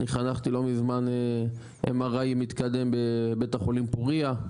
אני חנכתי לא מזמן MRI מתקדם בבית החולים פורייה.